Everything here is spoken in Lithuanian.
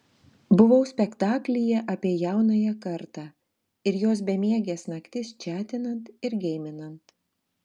buvau spektaklyje apie jaunąją kartą ir jos bemieges naktis čatinant ir geiminant